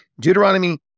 Deuteronomy